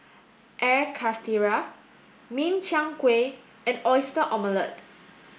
Air Karthira Min Chiang Kueh and Oyster Omelette